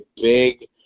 big